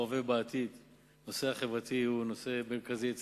בהווה ובעתיד הנושא החברתי הוא הנושא המרכזי אצלה.